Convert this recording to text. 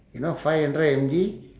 you know five hundred M_G